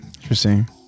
Interesting